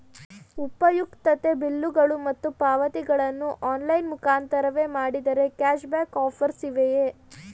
ಉಪಯುಕ್ತತೆ ಬಿಲ್ಲುಗಳು ಮತ್ತು ಪಾವತಿಗಳನ್ನು ಆನ್ಲೈನ್ ಮುಖಾಂತರವೇ ಮಾಡಿದರೆ ಕ್ಯಾಶ್ ಬ್ಯಾಕ್ ಆಫರ್ಸ್ ಇವೆಯೇ?